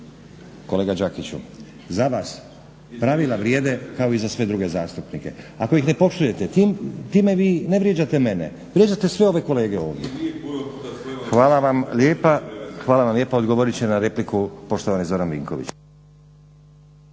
Kolega Đakiću, za vas pravila vrijede kao i za sve druge zastupnike. Ako ih ne poštujete time vi ne vrijeđate mene, vrijeđate sve ove kolege ovdje. Hvala vam lijepa. Odgovorit će na repliku poštovani Zoran Vinković.